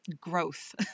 growth